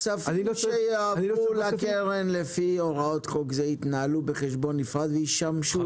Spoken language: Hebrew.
הכספים שיעברו לקרן לפי הוראות חוק זה יתנהלו בחשבון נפרד וישמשו